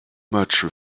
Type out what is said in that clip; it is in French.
match